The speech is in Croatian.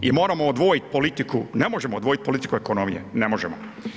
I moramo odvojiti politiku, ne možemo odvojiti politiku ekonomije, ne možemo.